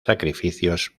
sacrificios